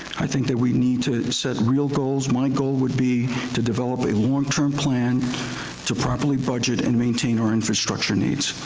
i think that we need to set real goals. my goal would be to develop a longterm plan to properly budget and maintain our infrastructure needs.